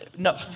No